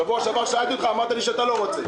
בשבוע שעבר שאלתי אותך ואמרת לי שאתה לא רוצה.